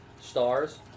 stars